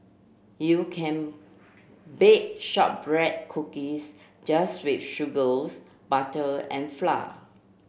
you can bake shortbread cookies just with sugar butter and flour